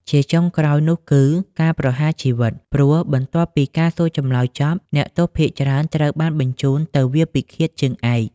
ជាចុងក្រោយនោះគឺ ការប្រហារជីវិត ព្រោះបន្ទាប់ពីការសួរចម្លើយចប់ អ្នកទោសភាគច្រើនត្រូវបានបញ្ជូនទៅ វាលពិឃាតជើងឯក។